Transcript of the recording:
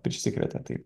prisikvietė tai